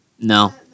No